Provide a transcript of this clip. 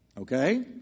Okay